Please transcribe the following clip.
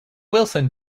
wilson